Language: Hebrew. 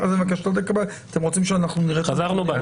חזרנו בנו.